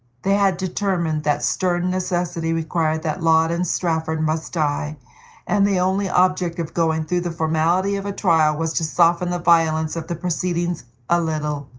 they had determined that stern necessity required that laud and strafford must die and the only object of going through the formality of a trial was to soften the violence of the proceeding a little,